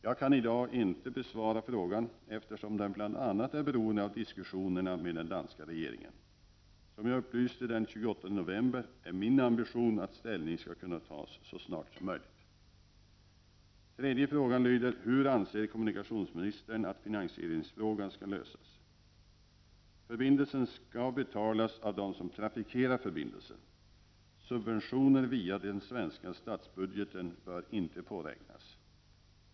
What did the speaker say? Jag kan dag inte besvara frågan eftersom den bl.a. är beroende av diskussionerna med den danska regeringen. Som jag upplyste den 28 november är min ambition att ställning skall kunna tas så snart som möjligt. Tredje frågan lyder: Hur anser kommunikationsministern att finansieringsfrågan skall lösas? Förbindelsen skall betalas av dem som trafikerar förbindelsen. Subventioner via den svenska statsbudgeten bör inte påräknas.